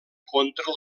contra